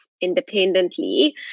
independently